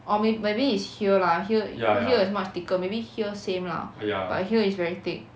orh mayb~ maybe is here lah here feel here is much thicker maybe here same lah but here is very thick